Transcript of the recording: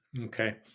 Okay